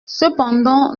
cependant